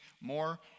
more